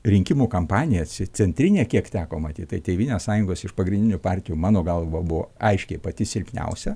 rinkimų kampaniją centrinė kiek teko matyti tėvynės sąjungos iš pagrindinių partijų mano galva buvo aiškiai pati silpniausia